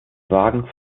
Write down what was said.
wagen